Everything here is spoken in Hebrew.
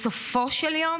בסופו של יום